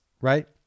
right